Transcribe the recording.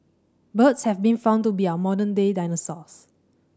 birds have been found to be our modern day dinosaurs